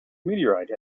meteorite